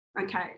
okay